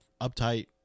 uptight